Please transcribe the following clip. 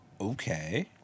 Okay